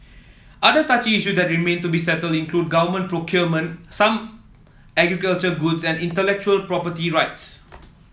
other touchy issue that remain to be settled include government procurement some agricultural goods and intellectual property rights